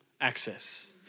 access